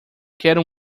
quero